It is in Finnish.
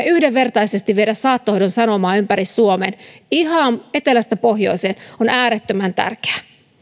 yhdenvertaisesti viedä saattohoidon sanomaa ympäri suomen ihan etelästä pohjoiseen on äärettömän tärkeää